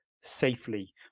safely